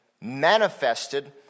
manifested